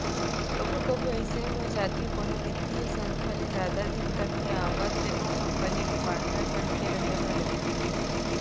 कभू कभू अइसे हो जाथे कोनो बित्तीय संस्था ल जादा दिन तक के आवत ले ओ कंपनी के पाटनर बन के रहें बर लगथे